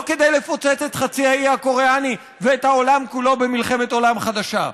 לא כדי לפוצץ את חצי האי הקוריאני ואת העולם כולו במלחמת עולם חדשה,